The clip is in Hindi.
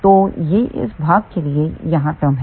तो यह इस भाग के लिए यहाँ टर्म है